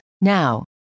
Now